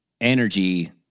energy